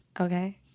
Okay